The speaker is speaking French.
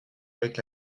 avec